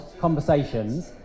conversations